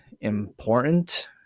important